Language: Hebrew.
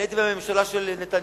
אני הייתי בממשלה של נתניהו,